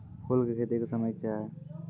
फुल की खेती का समय क्या हैं?